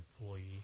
employee